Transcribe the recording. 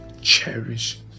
cherish